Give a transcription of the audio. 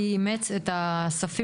וכאן לא מסתפקים גם באסדרה,